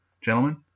Gentlemen